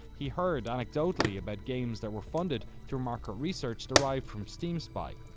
he heard anecdotally about games that were funded through market research derived from steam spy.